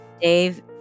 Dave